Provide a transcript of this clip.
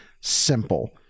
simple